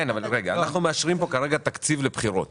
אנחנו מאשרים פה כרגע תקציב לבחירות